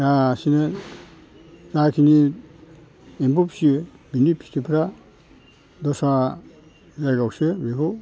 गासिनो जाखिनि एम्फौ फियो बिनि फिथोबफ्रा दस्रा जायगायावसो बेखौ